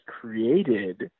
created